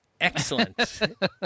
excellent